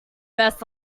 mess